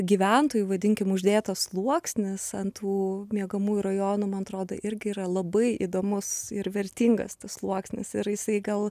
gyventojų vadinkim uždėtas sluoksnis ant tų miegamųjų rajonų man atrodo irgi yra labai įdomus ir vertingas tas sluoksnis ir jisai gal